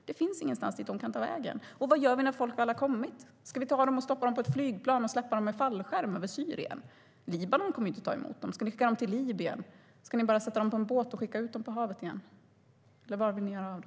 Det finns ingenstans dit de kan ta vägen. Och vad gör vi när folk väl har kommit? Ska vi stoppa dem på ett flygplan och släppa dem med fallskärm över Syrien? Libanon kommer ju inte att ta emot dem. Ska vi skicka dem till Libyen? Ska ni bara sätta dem på en båt och skicka ut dem på havet igen, eller vad vill ni göra av dem?